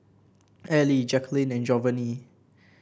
Allie Jaquelin and Jovanny